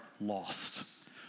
lost